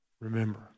remember